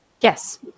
yes